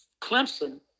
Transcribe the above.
Clemson